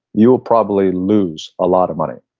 you will probably lose a lot of money